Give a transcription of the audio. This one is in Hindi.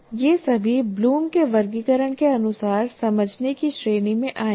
ये सभी ब्लूम के वर्गीकरण के अनुसार समझने की श्रेणी में आएंगे